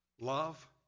Love